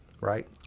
right